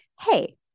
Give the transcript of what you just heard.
Hey